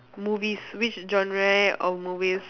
movies which genre of movies